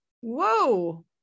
Whoa